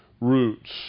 roots